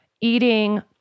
eating